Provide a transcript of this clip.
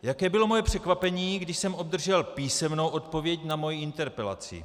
Jaké bylo moje překvapení, když jsem obdržel písemnou odpověď na svoji interpelaci.